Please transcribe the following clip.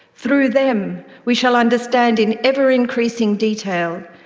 through them, we shall understand, in ever increasing detail,